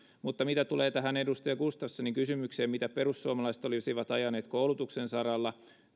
mitä tulee tähän edustaja gustafssonin kysymykseen siitä mitä perussuomalaiset olisivat ajaneet koulutuksen saralla